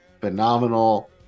phenomenal